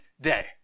day